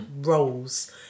roles